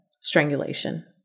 Strangulation